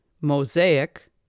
mosaic